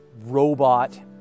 robot